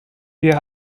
wir